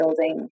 building